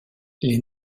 les